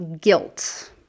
guilt